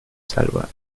salva